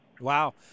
Wow